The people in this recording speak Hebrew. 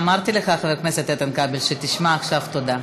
אמרתי לך, חבר הכנסת איתן כבל, שתשמע עכשיו תודה.